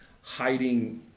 hiding